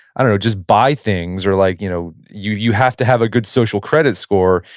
i don't know, just buy things or, like you know, you you have to have a good social credit score,